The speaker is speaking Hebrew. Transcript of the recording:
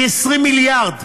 היא 20 מיליארד.